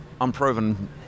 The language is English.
unproven